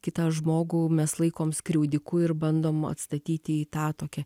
kitą žmogų mes laikom skriaudiku ir bandom atstatyti į tą tokią